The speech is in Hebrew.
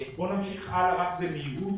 בוא נמשיך הלאה ונעשה זאת במהירות.